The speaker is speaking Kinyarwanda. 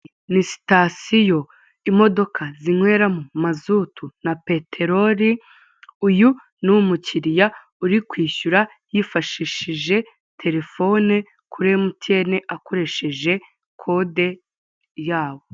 Ni sitasiyo imodoka zinyweramo mazutu na peteroli, uyu ni umukiriya uri kwishyura yifashishije telefone kuri MTN akoresheje kode yabo.